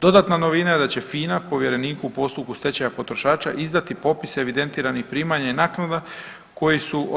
Dodatna novina je da će FINA povjereniku u postupku stečaja potrošača izdati popis evidentiranih primanja i naknada koji su